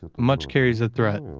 ah much carries a threat,